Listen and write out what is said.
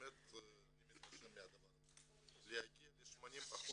אני מתרשם מהדבר הזה, להגיע ל-80%